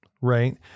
right